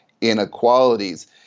inequalities